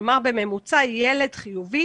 כלומר, בממוצע, ילד חיובי